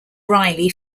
riley